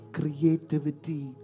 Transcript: creativity